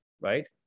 right